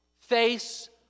Face